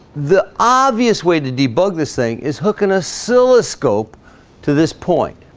the obvious way to debug this thing is hook an ah so oscilloscope to this point